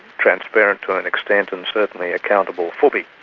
transparent, to an extent, and certainly accountable fully.